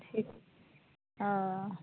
ठीक हँ